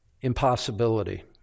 impossibility